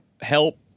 help